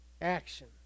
action